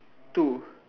two